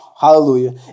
Hallelujah